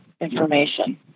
information